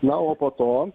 na o po to